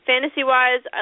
Fantasy-wise